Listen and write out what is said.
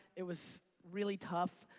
it was really tough.